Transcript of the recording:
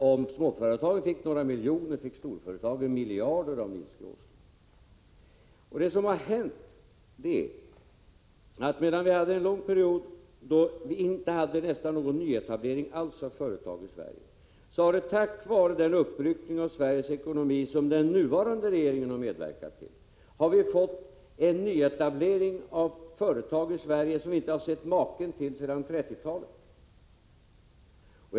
Om småföretagen fick några miljoner fick storföretagen miljarder av Nils G. Åsling. Det som har hänt är att medan vi under en lång period nästan inte hade någon nyetablering alls av företag i Sverige, har vi nu tack vare den uppryckning av Sveriges ekonomi som den nuvarande regeringen har medverkat till fått en nyetablering av företag i Sverige som vi inte sett maken till sedan 1930-talet.